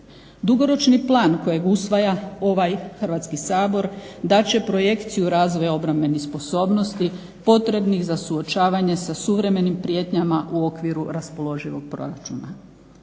Dugoročni plan kojeg usvaja ovaj Hrvatski sabor dat će projekciju razvoja obrambenih sposobnosti potrebnih za suočavanje sa suvremenim prijetnjama u okviru raspoloživog proračuna.